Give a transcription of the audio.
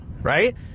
right